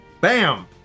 Bam